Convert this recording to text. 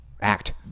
Act